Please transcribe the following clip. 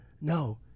No